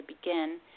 begin